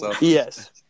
Yes